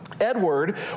Edward